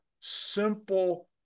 simple